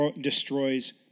destroys